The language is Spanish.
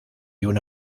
una